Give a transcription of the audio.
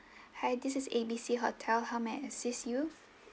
hi this is A B C hotel how may I assist you